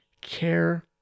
care